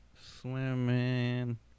swimming